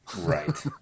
Right